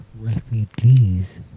refugees